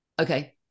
Okay